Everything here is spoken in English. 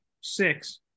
six